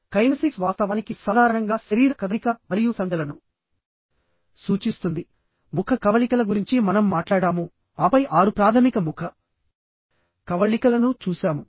kinesics వాస్తవానికి సాధారణంగా శరీర కదలిక మరియు సంజ్ఞలను సూచిస్తుందిముఖ కవళికల గురించి మనం మాట్లాడాము ఆపై ఆరు ప్రాథమిక ముఖ కవళికలను చూశాము